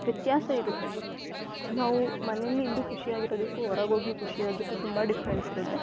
ವ್ಯತ್ಯಾಸ ಇರುತ್ತೆ ನಾವು ಮನೆಲಿ ಇಂದು ಖುಷಿಯಾಗಿರೊದಕ್ಕು ಹೊರ್ಗೆ ಹೋಗಿ ಖುಷಿಯಾದಕ್ಕು ತುಂಬ ಡಿಫ್ರೆನ್ಸ್ ಇರುತ್ತೆ